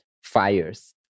fires